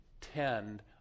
tend